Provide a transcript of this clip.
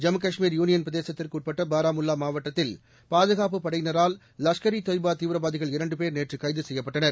Jammu Kashmir union பிரதேசத்திற்கு உட்பட்ட பாரமுல்லா மாவட்டத்தில் பாதுகாப்புப் படையினரால் லஷ்கர் இ தொய்பா தீவிரவாதிகள் இரண்டு பேர் நேற்று கைது செய்யப்பட்டனர்